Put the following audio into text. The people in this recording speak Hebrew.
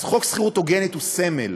אז חוק שכירות הוגנת הוא סמל,